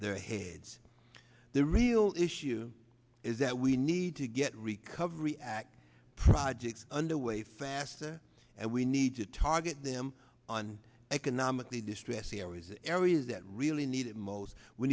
their heads the real issue is that we need to get recovery act projects underway faster and we need to target them on economically distressed areas areas that really need it most we